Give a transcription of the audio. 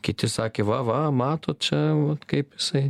kiti sakė va va matot čia kaip jisai